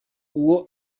uwo